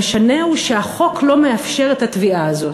המשנה הוא שהחוק לא מאפשר את התביעה הזאת.